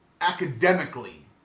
academically